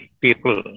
people